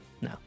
No